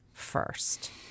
first